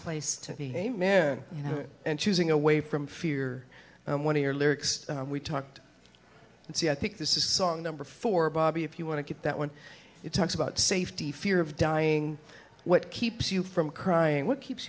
place to be a man you know and choosing away from fear and when your lyrics we talked and see i think this is song number for bobby if you want to get that when it talks about safety fear of dying what keeps you from crying what keeps